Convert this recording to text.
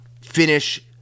finish